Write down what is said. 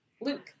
Luke